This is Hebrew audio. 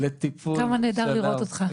כמה נהדר לראות אותך.